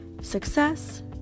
success